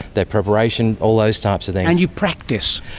their preparation, all those types of things. and you practice.